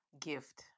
gift